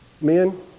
Men